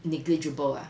negligible ah